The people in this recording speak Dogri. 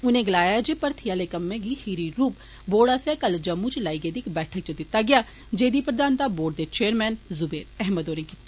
उनें गलाया जे भर्थी आले कम्मे खीरी रुप बोर्ड आस्सेआ कल जम्मू च लाई गेदे इक बैठक च दिता गेआ जेदी प्रधानता बोर्ड दे चेयरमैन जेवेर अहमद होरें कीती